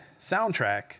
soundtrack